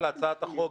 להצעת החוק,